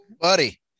buddy